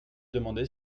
demandé